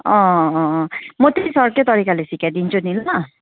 अँ अँ अँ म त्यही सरकै तरिकाले सिकाइदिन्छु नि ल